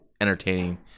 entertaining